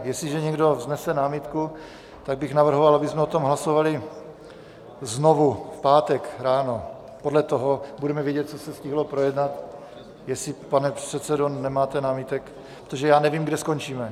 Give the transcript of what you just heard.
Jestliže někdo vznese námitku, tak bych navrhoval, abychom o tom hlasovali znovu v pátek ráno, podle toho budeme vědět, co se stihlo projednat jestli, pane předsedo, nemáte námitek, protože já nevím, kde skončíme.